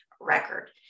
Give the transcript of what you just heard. record